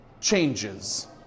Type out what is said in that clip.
changes